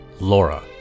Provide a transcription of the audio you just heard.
Laura